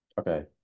Okay